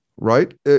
right